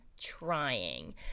trying